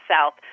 south